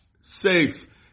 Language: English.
safe